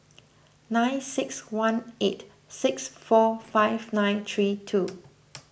nine six one eight six four five nine three two